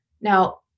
Now